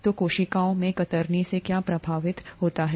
तो कोशिकाओं में कतरनी से क्या प्रभावित होता है